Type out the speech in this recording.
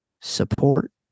support